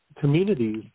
communities